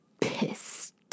pissed